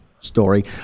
story